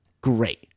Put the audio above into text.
Great